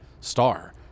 star